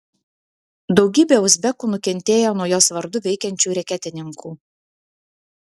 daugybė uzbekų nukentėjo nuo jos vardu veikiančių reketininkų